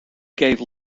gave